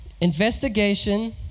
investigation